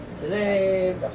today